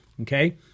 Okay